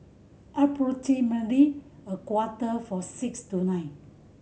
approximatly a quarter for six tonight